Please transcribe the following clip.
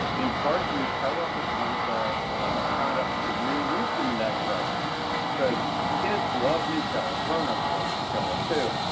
in part, nutella was one of the products that really moved them in that direction because kids love nutella. grown-ups love nutella, too.